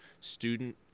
Student